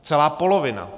Celá polovina.